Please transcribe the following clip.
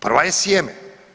Prva je sjeme.